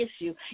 issue